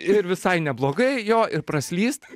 ir visai neblogai jo ir praslyst